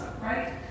right